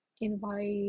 invite